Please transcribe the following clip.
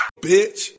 Bitch